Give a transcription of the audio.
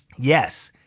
yes,